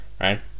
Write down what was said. Right